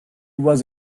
was